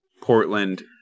Portland